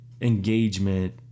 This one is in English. engagement